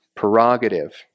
prerogative